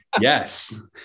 Yes